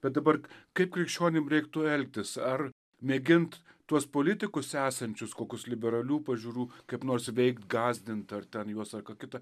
bet dabar kaip krikščionim reiktų elgtis ar mėgint tuos politikus esančius kokius liberalių pažiūrų kaip nors veikt gąsdint ar ten juos ar ką kita